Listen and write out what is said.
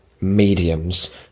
mediums